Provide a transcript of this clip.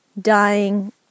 Dying